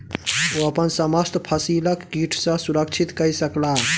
ओ अपन समस्त फसिलक कीट सॅ सुरक्षित कय सकला